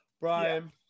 Brian